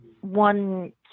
one